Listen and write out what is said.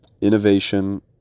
innovation